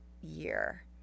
year